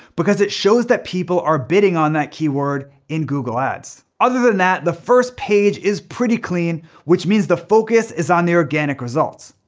because it shows that people are bidding on that keyword in google ads. other than that the first page is pretty clean which means the focus is on the organic results.